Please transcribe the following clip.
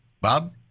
Bob